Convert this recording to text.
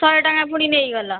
ଶହେ ଟଙ୍କା ପୁଣି ନେଇଗଲ